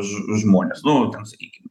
žmones nu ten sakykim